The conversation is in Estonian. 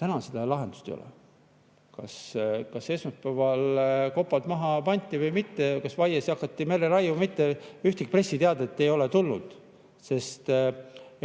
Täna seda lahendust ei ole. Kas esmaspäeval kopad maha pandi või mitte? Kas vaiasid hakati merre raiuma või mitte? Ühtegi pressiteadet ei ole tulnud, sest